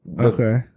Okay